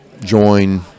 join